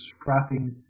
strapping